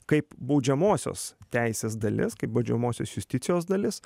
kaip baudžiamosios teisės dalis kaip baudžiamosios justicijos dalis